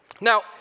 Now